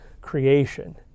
creation